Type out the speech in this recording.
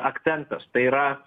akcentas tai yra